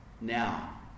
now